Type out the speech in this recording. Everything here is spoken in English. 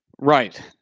Right